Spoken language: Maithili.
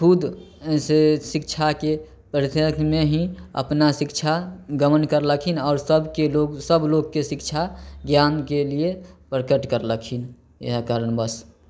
खुद से शिक्षा की मे ही अपना शिक्षा गमन करलखिन और सबके लोग सब लोग के शिक्षा ज्ञान के लिए प्रकट करलखिन याह कारणबस